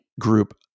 group